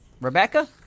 Rebecca